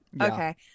okay